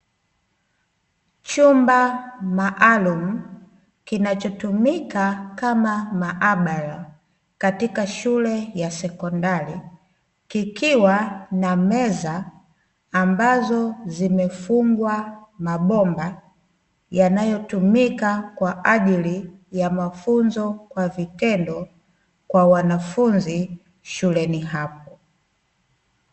Chumba maalumu kinachotumika kama maabara katika shule ya sekondari, kikiwa na meza ambazo zimefungwa mabomba, yanayotumika kwa ajili ya mafunzo kwa vitendo, kwa wanafunzi shuleni hapo.